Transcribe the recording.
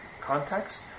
context